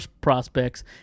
prospects